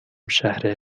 شهر